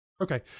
Okay